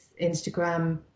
Instagram